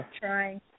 Trying